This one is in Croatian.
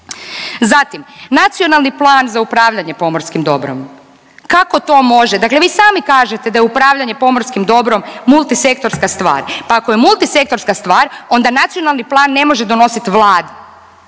Zatim, Nacionalni plan za upravljanje pomorskim dobrom. Kako to može, dakle vi samim kažete da je upravljanje pomorskim dobrom multisektorska stvar. Pa ako je multisektorska stvar, onda nacionalni plan ne može donosit Vlada